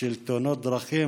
של תאונות דרכים.